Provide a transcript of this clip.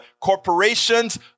corporations